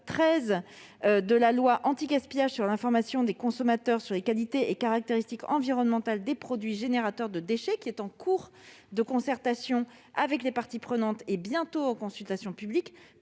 de la loi AGEC, relatif à l'information des consommateurs au sujet des qualités et caractéristiques environnementales des produits générateurs de déchets, est en cours de concertation avec les parties prenantes et sera bientôt en consultation publique